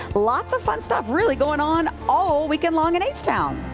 lots of fun stuff, really, going on all weekend long in h-town.